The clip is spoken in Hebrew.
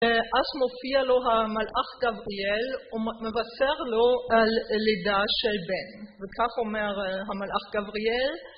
ואז מופיע לו המלאך גבריאל ומבשר לו על לידה של בן, וכך אומר המלאך גבריאל: